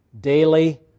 Daily